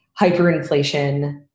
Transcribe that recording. hyperinflation